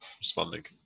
responding